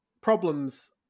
problems